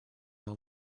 all